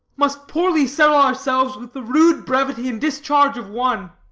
must poorly sell ourselves with the rude brevity and discharge of one.